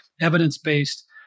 evidence-based